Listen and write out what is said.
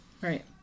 Right